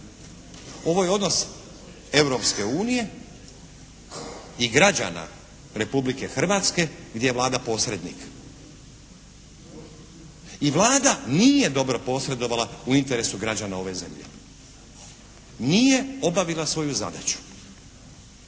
Ovo je odnos Europske unije i građana Republike Hrvatske gdje vlada posrednik. I Vlada nije dobro posredovala u interesu građana ove zemlje. Nije obavila svoju zadaću.